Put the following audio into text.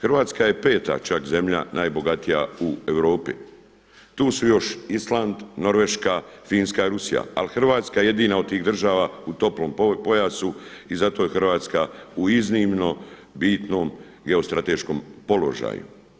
Hrvatska je peta čak zemlja najbogatija u Europi, tu su još Island, Norveška, Finska i Rusija, ali Hrvatska je jedina od tih država u toplom pojasu i zato je Hrvatska u iznimno bitnom geostrateškom položaju.